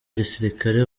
gisirikare